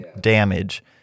damage